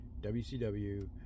WCW